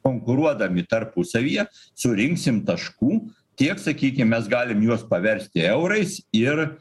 konkuruodami tarpusavyje surinksim taškų tiek sakykim mes galim juos paversti eurais ir